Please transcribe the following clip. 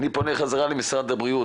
למשרד הבריאות.